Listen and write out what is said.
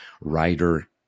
writer